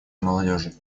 молодежи